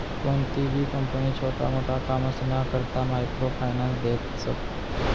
कोणतीबी कंपनी छोटा मोटा कामसना करता मायक्रो फायनान्स देस